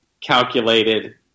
calculated